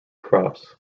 crops